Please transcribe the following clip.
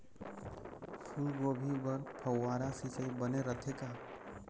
फूलगोभी बर फव्वारा सिचाई बने रथे का?